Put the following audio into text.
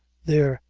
there,